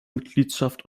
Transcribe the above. mitgliedschaft